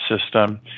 system